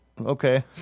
Okay